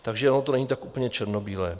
Takže ono to není tak úplně černobílé.